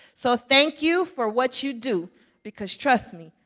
so thank you for what you do because trust me,